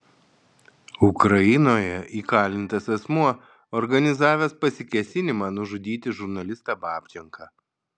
ukrainoje įkalintas asmuo organizavęs pasikėsinimą nužudyti žurnalistą babčenką